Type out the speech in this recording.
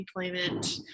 employment